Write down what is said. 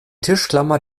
tischklammer